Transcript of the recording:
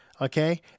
okay